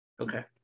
Okay